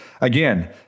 again